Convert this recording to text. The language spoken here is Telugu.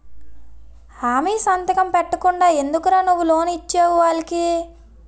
హామీ సంతకం పెట్టకుండా ఎందుకురా నువ్వు లోన్ ఇచ్చేవు వాళ్ళకి